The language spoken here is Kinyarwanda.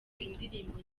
indirimbo